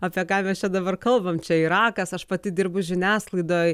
apie ką mes čia dabar kalbam čia irakas aš pati dirbu žiniasklaidoj